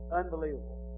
unbelievable